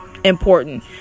important